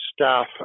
staff